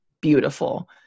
beautiful